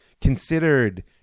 considered